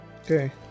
okay